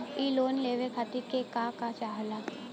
इ लोन के लेवे खातीर के का का चाहा ला?